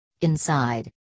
inside